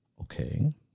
okay